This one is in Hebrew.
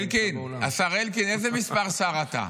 אלקין, השר אלקין, איזה מספר שר אתה?